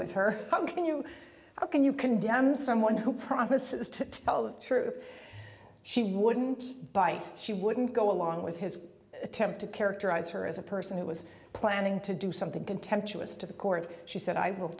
with her how can you how can you condemn someone who promises to tell the truth she wouldn't bite she wouldn't go along with his attempt to characterize her as a person who was planning to do something contemptuous to the court she said i will